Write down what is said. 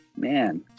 Man